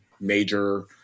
major